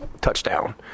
touchdown